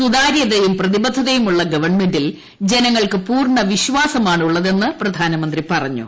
സുതാര്യതയും പ്രതിബദ്ധതയും ഉള്ള ഗവൺമെന്റിൽ ജനങ്ങൾക്ക് പൂർണ വിശ്വാസമാണുള്ളതെന്ന് പ്രധാനമന്ത്രി പറഞ്ഞു